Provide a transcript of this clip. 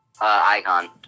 icon